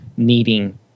needing